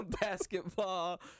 Basketball